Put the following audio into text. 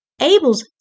Abel's